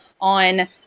On